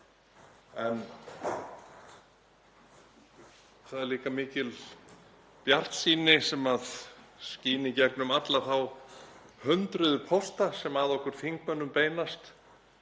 En það er líka mikil bjartsýni sem skín í gegnum öll þau hundruð pósta sem að okkur þingmönnum beinast